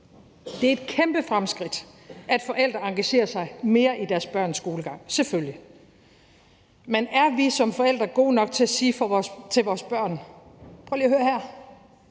Det er et kæmpe fremskridt, at forældre engagerer sig mere i deres børns skolegang, selvfølgelig. Men er vi som forældre gode nok til at sige til vores børn: Prøv lige at høre her.